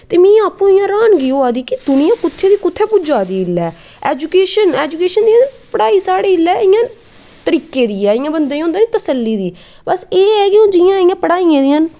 ते में आपूं इयां हरानगी होआ दी कि दुनियां कुत्थें दी कुत्थें पुज्जा दी इसलै ऐजुकेशन ऐजुकेशन पढ़ाई इसलै साढ़ी इयां तरीके दी ऐ इयां बंदे होंदा नी इयां तसल्ली दी बस एह् ऐ कि जियां इयां हून पढ़ाइया दियां न